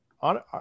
on